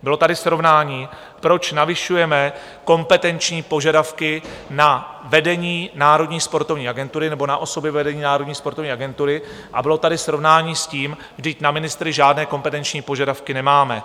Bylo tady srovnání, proč navyšujeme kompetenční požadavky na vedení Národní sportovní agentury nebo na osoby vedení Národní sportovní agentury, a bylo tady srovnání s tím: vždyť na ministry žádné kompetenční požadavky nemáme.